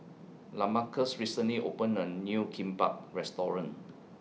Lamarcus recently opened A New Kimbap Restaurant